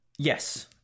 Yes